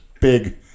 big